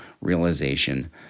realization